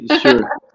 sure